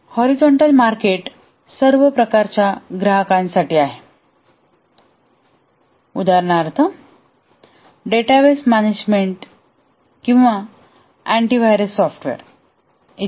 horizontal market सर्व प्रकारच्या ग्राहकांसाठी आहे उदाहरणार्थ डेटाबेस मॅनेजमेंट किंवा अँटीव्हायरस सॉफ्टवेअर इ